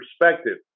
perspective